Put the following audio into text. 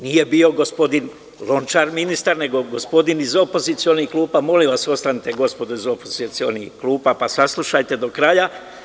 Nije bio gospodin Lončar ministar, nego gospodin iz opozicionih klupa, molim vas ostanite gospodo iz opozicionih klupa, pa saslušajte do kraja?